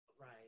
Right